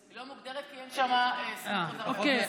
היא לא מוגדרת כי אין שם 20%. יש חוק.